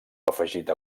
afegit